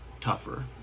tougher